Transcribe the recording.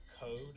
code